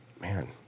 man